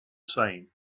same